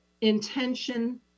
intention